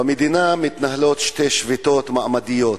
במדינה מתנהלות שתי שביתות מעמדיות: